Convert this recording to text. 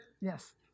Yes